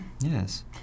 Yes